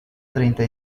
treinta